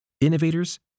Innovators